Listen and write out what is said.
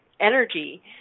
energy